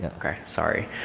and okay, sorry.